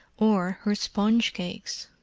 or her sponge-cakes.